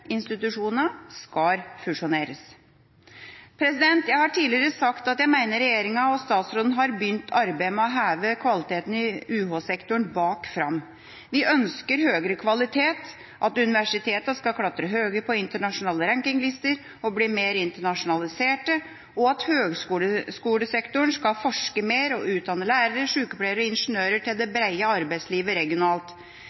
Institusjonene skal fusjoneres. Jeg har tidligere sagt at jeg mener regjeringa og statsråden har begynt arbeidet med å heve kvaliteten i UH-sektoren bak fram. Vi ønsker høgere kvalitet, at universitetene skal klatre høgere på internasjonale rankinglister og bli mer internasjonaliserte, og at høgskolesektoren skal forske mer og utdanne lærere, sykepleiere og ingeniører til det brede arbeidslivet regionalt.